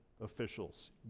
officials